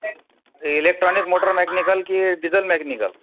electronics motor mechanical की diesel mechanical